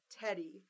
Teddy